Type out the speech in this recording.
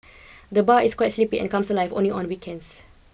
the bar is quite sleepy and comes alive only on weekends